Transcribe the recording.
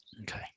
Okay